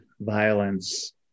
violence